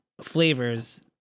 flavors